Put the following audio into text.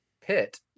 pit